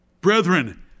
brethren